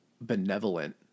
benevolent